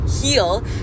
heal